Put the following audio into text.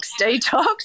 detox